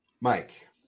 mike